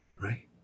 right